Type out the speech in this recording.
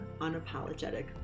Unapologetic